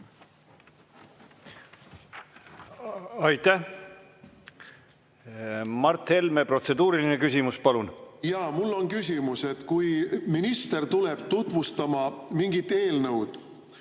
Aitäh! Mart Helme, protseduuriline küsimus, palun! Jah, mul on küsimus. Kui minister tuleb tutvustama mingit eelnõu